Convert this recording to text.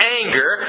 anger